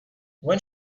when